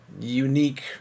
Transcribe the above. unique